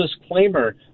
disclaimer